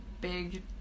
big